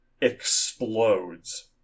explodes